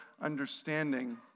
understanding